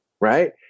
right